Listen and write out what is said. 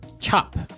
Chop